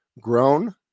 grown